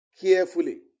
carefully